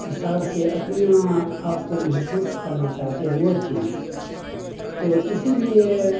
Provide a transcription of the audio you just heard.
حساب سے اپنا آپ کو محسوس کرنا چاہتے ہیں وہ چیز تو اسی لیے